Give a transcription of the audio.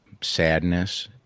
sadness